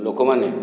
ଲୋକମାନେ